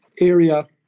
area